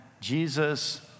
Jesus